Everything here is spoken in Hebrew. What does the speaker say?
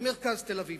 במרכז תל-אביב,